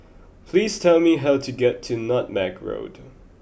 please tell me how to get to Nutmeg Road